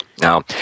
Now